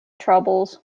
troubles